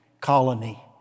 colony